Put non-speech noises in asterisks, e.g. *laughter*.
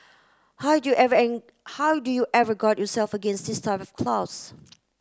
how do you ever *unintelligible* how do you ever guard yourself against this type of clause